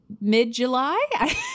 mid-July